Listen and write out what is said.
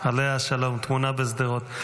עליה השלום, טמונה בשדרות.